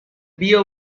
beer